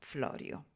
Florio